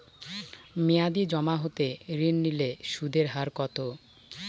মেয়াদী জমা হতে ঋণ নিলে সুদের হার কত?